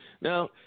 Now